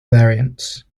variants